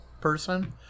person